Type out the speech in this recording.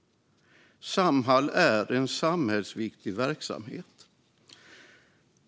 Samhall är en samhällsviktig verksamhet.